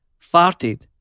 farted